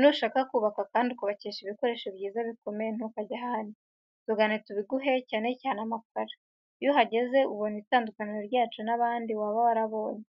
Nushaka kubaka kandi ukubakisha ibikoresho byiza bikomeye ntukajye ahandi. Tugane tubiguhe cyane cyane amakaro. Iyo uhageze ubona itandukaniro ryacu n'abandi waba warabonye.